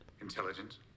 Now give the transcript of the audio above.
Intelligence